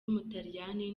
w’umutaliyani